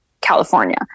California